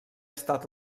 estat